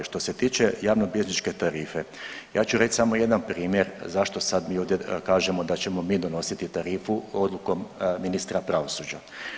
Što se tiče javnobilježničke tarife ja ću reć samo jedan primjer zašto sad mi ovdje kažemo da ćemo mi donositi tarifu odlukom ministra pravosuđa.